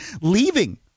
leaving